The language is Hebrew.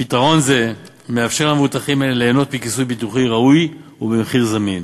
פתרון זה מאפשר למבוטחים אלה ליהנות מכיסוי ביטוחי ראוי ובמחיר זמין.